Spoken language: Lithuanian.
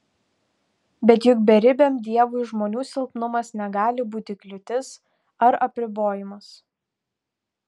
bet juk beribiam dievui žmonių silpnumas negali būti kliūtis ar apribojimas